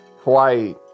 Hawaii